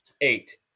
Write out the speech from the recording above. Eight